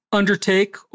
undertake